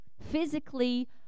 physically